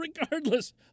regardless